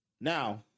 Now